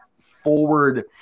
forward